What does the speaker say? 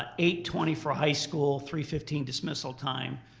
ah eight twenty for high school, three fifteen dismissal time.